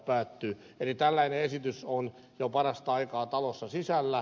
eli tällainen esitys on parasta aikaa talossa sisällä